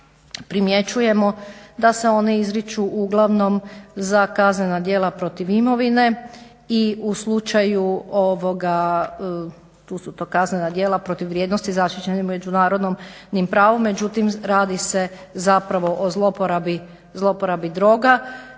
primjećujemo da se one izriču uglavnom za kaznena djela protiv imovine i u slučaju tu su to kaznena djela protiv vrijednosti zaštićenim međunarodnim pravom, međutim radi se zapravo o zloporabi droga